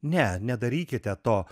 ne nedarykite to